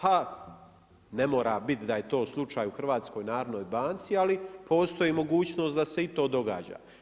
Ha, ne mora biti da je to slučaj u HNB, ali postoji mogućnost da se i to događa.